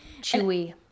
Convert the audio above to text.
Chewy